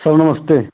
सब नमस्ते